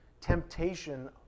temptation